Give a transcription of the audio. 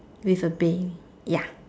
with a Bay ya